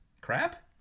crap